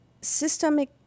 Systemic